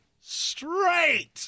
straight